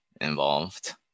involved